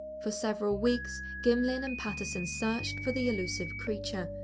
for several weeks gimlin and patterson searched for the elusive creature,